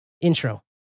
intro